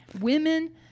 women